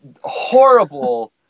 horrible